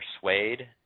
persuade